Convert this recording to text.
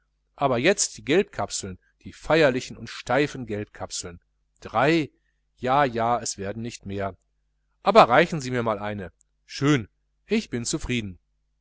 aber jetzt die gelbkapseln die feierlichen und steifen gelbkapseln drei ja ja es werden nicht mehr aber reichen sie mir mal eine schön ich bin zufrieden